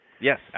yes